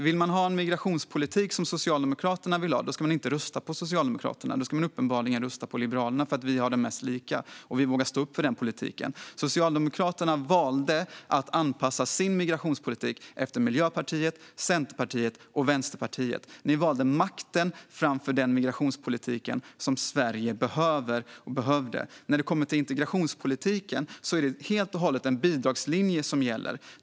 Vill man ha en sådan migrationspolitik som Socialdemokraterna vill ha ska man inte rösta på Socialdemokraterna, utan då ska man uppenbarligen rösta på Liberalerna, för vi har den politik som är mest lik och vågar stå upp för den politiken. Socialdemokraterna valde att anpassa sin migrationspolitik efter Miljöpartiet, Centerpartiet och Vänsterpartiet. Ni valde makten framför den migrationspolitik som Sverige behövde och behöver. När det gäller integrationspolitiken är det helt och hållet en bidragslinje som gäller.